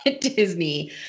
Disney